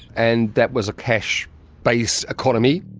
and that was a cash based economy.